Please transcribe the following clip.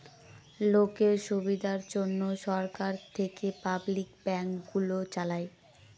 লোকের সুবিধার জন্যে সরকার থেকে পাবলিক ব্যাঙ্ক গুলো চালায়